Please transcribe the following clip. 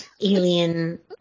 alien